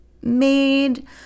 made